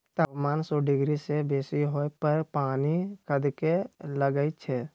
तापमान सौ डिग्री से बेशी होय पर पानी खदके लगइ छै